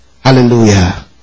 Hallelujah